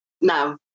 No